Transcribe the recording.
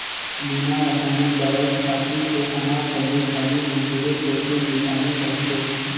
बिना रसइनिक दवई, खातू के अनाज, सब्जी भाजी में ढेरे प्रोटिन, बिटामिन रहथे